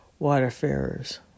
waterfarers